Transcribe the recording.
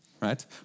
right